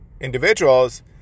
individuals